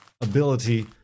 ability